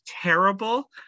terrible